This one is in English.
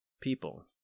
people